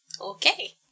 Okay